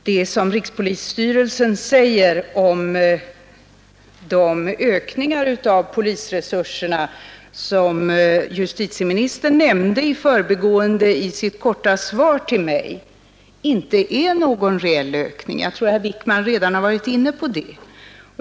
De ökningar av polisresurserna som justitieministern nämnde i förbigående i sitt korta svar till mig är inte någon reell ökning. Jag tror att herr Wijkman redan har varit inne på det.